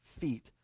feet